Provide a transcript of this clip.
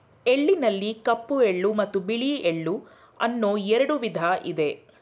ಎಳ್ಳಿನಲ್ಲಿ ಕಪ್ಪು ಎಳ್ಳು ಮತ್ತು ಬಿಳಿ ಎಳ್ಳು ಅನ್ನೂ ಎರಡು ವಿಧ ಇದೆ